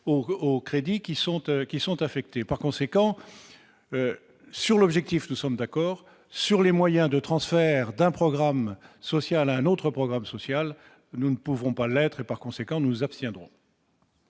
eux qui sont affectés par conséquent sur l'objectif, nous sommes d'accord sur les moyens de transfert d'un programme social un autre programme social, nous ne pouvons pas être et, par conséquent, nous abstiendrons.